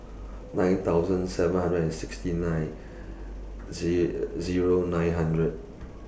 nine thousand seven hundred and sixty nine Zero nine hundred